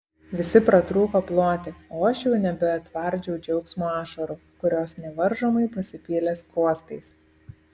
visi pratrūko ploti o aš jau nebetvardžiau džiaugsmo ašarų kurios nevaržomai pasipylė skruostais